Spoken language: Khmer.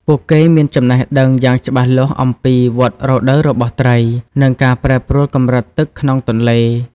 ពួកគេមានចំណេះដឹងយ៉ាងច្បាស់លាស់អំពី វដ្តរដូវ របស់ត្រី និងការប្រែប្រួលកម្រិតទឹកក្នុងទន្លេ។